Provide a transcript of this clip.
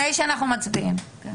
לפני שמצביעים, כן.